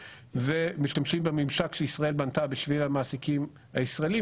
ומשתמשים בממשק שישראל בנתה בשביל המעסיקים הישראליים,